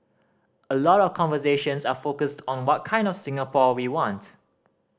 a lot of conversations are focused on what kind of Singapore we want